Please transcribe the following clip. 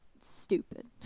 Stupid